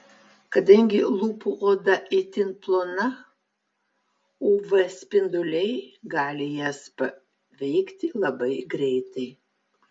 kadangi lūpų oda itin plona uv spinduliai gali jas paveikti labai greitai